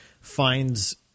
finds